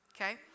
Okay